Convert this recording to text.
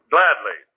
Gladly